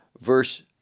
verse